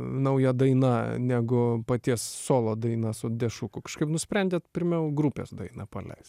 nauja daina negu paties solo dainas su dešuku kažkaip nusprendėte pirmiau grupės daina paleis